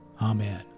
Amen